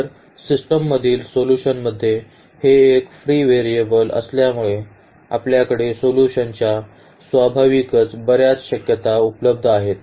तर सिस्टममधील सोल्यूशनमध्ये हे एक फ्री व्हेरिएबल असल्यामुळे आपल्याकडे सोल्यूशनच्या स्वाभाविकच बर्याच शक्यता उपलब्ध आहेत